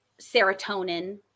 serotonin